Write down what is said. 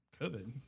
COVID